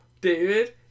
David